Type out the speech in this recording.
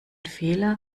fehler